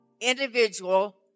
individual